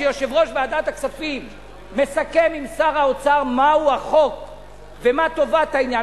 שיושב-ראש ועדת הכספים מסכם עם משרד האוצר מהו החוק ומה טובת העניין,